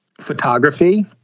Photography